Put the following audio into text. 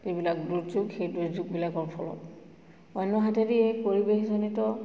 যিবিলাক দুৰ্যোগ সেই দুৰ্যোগবিলাকৰ ফলত অন্য হাতেদি এই পৰিৱেশজনিত